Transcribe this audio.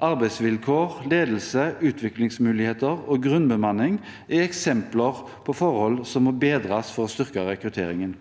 Arbeidsvilkår, ledelse, utviklingsmuligheter og grunnbemanning er eksempler på forhold som må bedres for å styrke rekrutteringen.